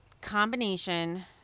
combination